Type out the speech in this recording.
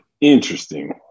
Interesting